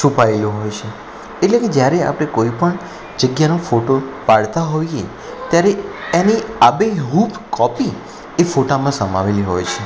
છુપાયેલું હોય છે એટલે કે જ્યારે આપણે કોઈપણ જગ્યાનો ફોટો પાડતા હોઈએ ત્યારે એની આબેહૂબ કોપી એ ફોટામાં સમાવેલી હોય છે